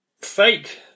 fake